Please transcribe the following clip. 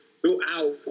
throughout